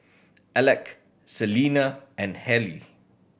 Alec Selina and Hallie